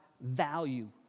value